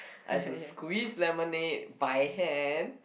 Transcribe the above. I had to squeeze lemonade by hand